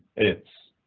it's, ah,